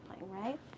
right